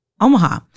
Omaha